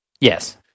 Yes